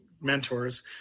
mentors